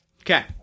Okay